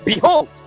Behold